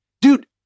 Dude